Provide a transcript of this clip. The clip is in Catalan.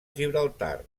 gibraltar